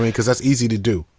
and cause that's easy to do.